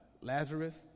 Lazarus